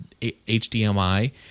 HDMI